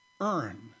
earn